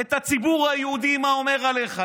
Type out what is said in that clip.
את הציבור היהודי, מה אומר עליך.